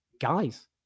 guys